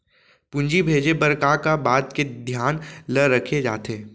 पूंजी भेजे बर का का बात के धियान ल रखे जाथे?